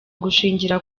gushingira